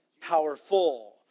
powerful